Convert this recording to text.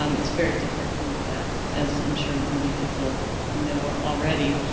um it's very different from the web as i'm sure many people know already.